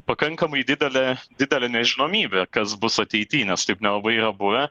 pakankamai didelė didelė nežinomybė kas bus ateity nes taip nelabai yra buvę